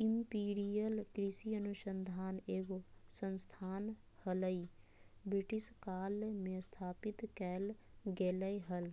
imperial कृषि अनुसंधान एगो संस्थान हलई, ब्रिटिश काल मे स्थापित कैल गेलै हल